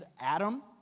Adam